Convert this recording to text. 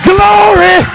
Glory